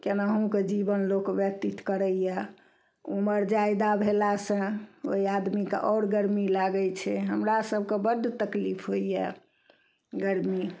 केनाहूके जीवन लोक व्यतीत करइए उमर जादा भेलासँ ओइ आदमीके आओर गरमी लागय छै हमरा सबके बड्ड तकलीफ होइए गरमी